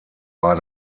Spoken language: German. war